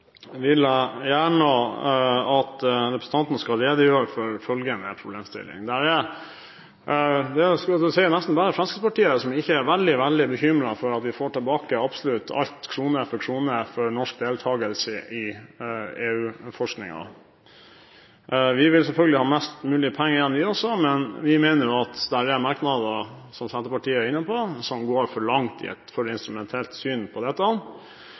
vil jeg gjerne at representanten skal redegjøre for følgende problemstilling: Det er nesten bare Fremskrittspartiet som ikke er veldig, veldig bekymret for at vi får tilbake absolutt alt, krone for krone, for norsk deltakelse i EU-forskningen. Vi vil selvfølgelig ha mest mulig penger igjen, vi også, men vi mener at det er merknader som Senterpartiet er inne på, som går for langt i et instrumentelt syn på dette.